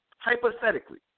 hypothetically